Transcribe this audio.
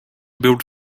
build